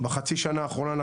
בחצי השנה האחרונה,